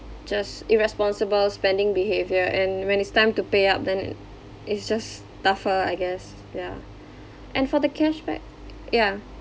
just irresponsible spending behaviour and when it's time to pay up then it's just tougher I guess ya and for the cashback yeah